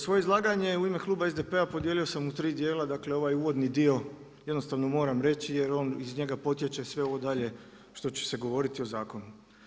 Svoje izlaganje u ime Kluba SDP-a podijelio sam u 3 dijela, dakle ovaj uvodni dio jednostavno moram reći jer iz njega potječe sve ovo dalje što će se govoriti o zakonu.